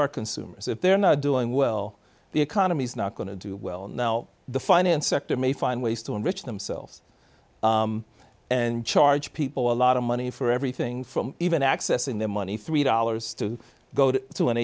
are consumers if they're not doing well the economy's not going to do well now the finance sector may find ways to enrich themselves and charge people a lot of money for everything from even accessing their money three dollars to go to an